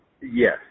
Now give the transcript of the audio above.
Yes